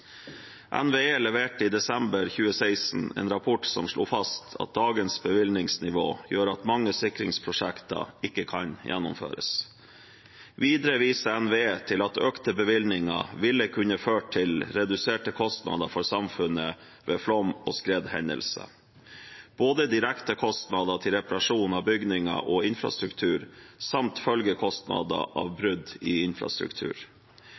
NVE leverte i desember 2016 en rapport som slo fast at dagens bevilgningsnivå gjør at mange sikringsprosjekter ikke kan gjennomføres. Videre viser NVE til at økte bevilgninger ville kunne føre til reduserte kostnader for samfunnet ved flom- og skredhendelser, både direkte kostnader til reparasjon av bygninger og infrastruktur og følgekostnader av brudd i infrastruktur.